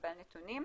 נתונים.